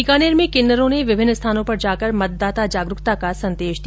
बीकानेर मे किन्नरों ने विभिन्न स्थानों पर जाकर मतदाता जागरूकता का संदेश दिया